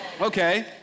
Okay